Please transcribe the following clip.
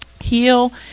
heal